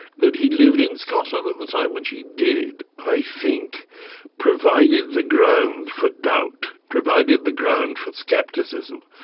that he lived in scotland at the time which he did, i think provided the ground for doubt, provided the ground for scepticism,